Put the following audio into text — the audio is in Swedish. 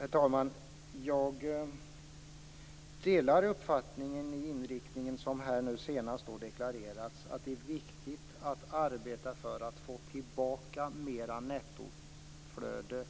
Herr talman! Jag delar uppfattningen om den inriktning som deklarerades nu senast, dvs. att det är viktigt att arbeta för att få tillbaka ett större nettoflöde